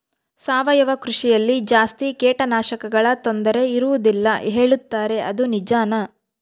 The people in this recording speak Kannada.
ಸಾವಯವ ಕೃಷಿಯಲ್ಲಿ ಜಾಸ್ತಿ ಕೇಟನಾಶಕಗಳ ತೊಂದರೆ ಇರುವದಿಲ್ಲ ಹೇಳುತ್ತಾರೆ ಅದು ನಿಜಾನಾ?